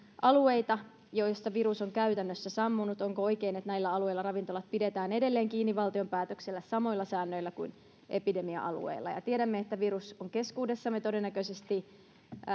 alueita joilla virus on käytännössä sammunut onko oikein että näillä alueilla ravintolat pidetään edelleen kiinni valtion päätöksellä samoilla säännöillä kuin epidemia alueella tiedämme että virus on keskuudessamme todennäköisesti